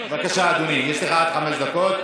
בבקשה, אדוני, יש לך עד חמש דקות.